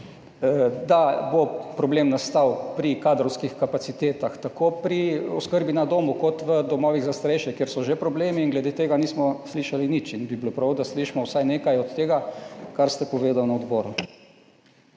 da bo problem nastal pri kadrovskih kapacitetah, tako pri oskrbi na domu, kot v domovih za starejše, kjer so že problemi in glede tega nismo slišali nič in bi bilo prav, da slišimo vsaj nekaj od tega, kar ste povedali na odboru.